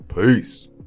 Peace